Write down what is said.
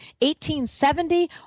1870